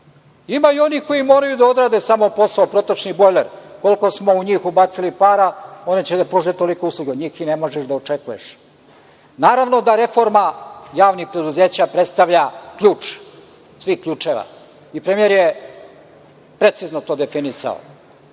ma i onih koji moraju da odrade samo posao, protočni bojler. Koliko smo u njih ubacili para, oni će da pruže toliko usluga. Od njih i ne možeš da očekuješ. Naravno da reforma javnih preduzeća predstavlja ključ svih ključeva i premijer je precizno to definisao.